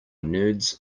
nerds